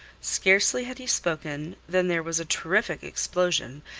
scarcely had he spoken than there was a terrific explosion,